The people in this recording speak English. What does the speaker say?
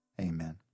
Amen